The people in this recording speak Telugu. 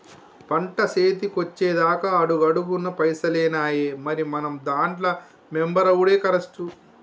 పంట సేతికొచ్చెదాక అడుగడుగున పైసలేనాయె, మరి మనం దాంట్ల మెంబరవుడే కరెస్టు